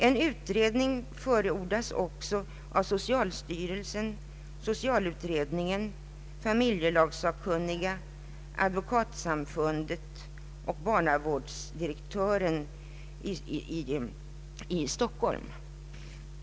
En utredning förordas också av socialstyrelsen, socialutredningen, familjelagssakkunniga, Advokatsamfundet och barnavårdsdirektören i Stockholm.